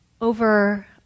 over